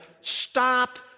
stop